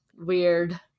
weird